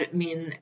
min